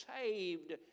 saved